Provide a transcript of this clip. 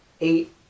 eight